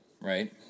right